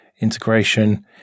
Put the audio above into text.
integration